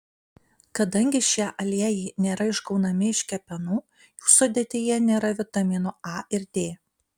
kadangi šie aliejai nėra išgaunami iš kepenų jų sudėtyje nėra vitaminų a ir d